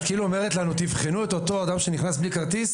את כאילו אומרת לנו: תבחנו את אותו אדם שנכנס בלי כרטיס